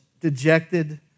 dejected